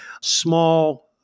small